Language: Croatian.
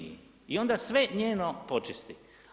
I onda sve njeno počisti.